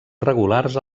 regulars